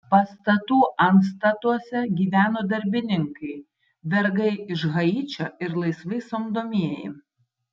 pastatų antstatuose gyveno darbininkai vergai iš haičio ir laisvai samdomieji